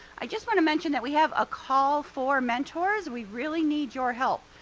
i just wanna mention that we have a call for mentors, we really need your help.